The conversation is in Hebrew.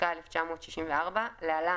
התשכ"ה 1964 (להלן,